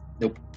Nope